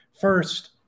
First